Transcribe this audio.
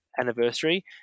anniversary